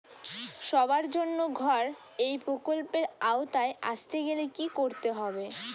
সবার জন্য ঘর এই প্রকল্পের আওতায় আসতে গেলে কি করতে হবে?